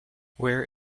where